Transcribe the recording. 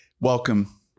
Welcome